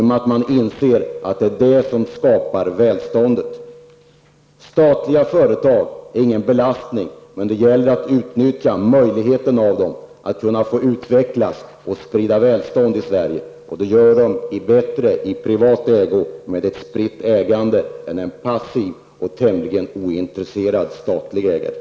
Man inser att det är det som skapar välståndet. Statliga företag är ingen belastning men det gäller att utnyttja företagens möjligheter att utvecklas och sprida välstånd i Sverige. Det sker bättre i privat ägo, med ett spritt ägande, än med en passiv och tämligen ointresserad statlig ägare.